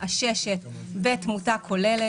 עששת ותמותה כוללת.